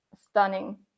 stunning